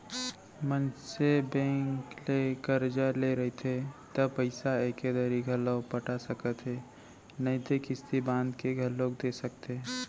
मनसे बेंक ले करजा ले रहिथे त पइसा एके दरी घलौ पटा सकत हे नइते किस्ती बांध के घलोक दे सकथे